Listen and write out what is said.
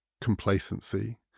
complacency